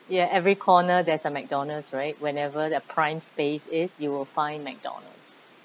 ya every corner there's a McDonald's right whenever the prime space is you will find McDonald's